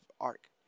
arc